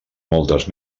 moltes